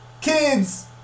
kids